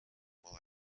while